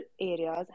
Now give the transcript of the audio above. areas